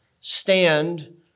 stand